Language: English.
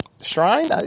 Shrine